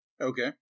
Okay